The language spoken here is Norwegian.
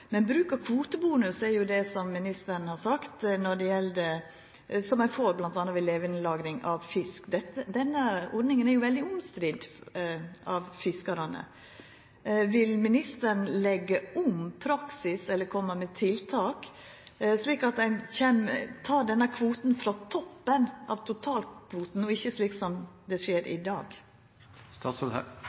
som ministeren har sagt, noko som ein får bl.a. ved levandelagring av fisk. Denne ordninga er jo veldig omstridd blant fiskarane. Vil ministeren leggja om praksis eller koma med tiltak, slik at ein tek denne kvoten frå toppen av totalkvoten, og ikkje slik som ein gjer det i